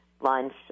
lunch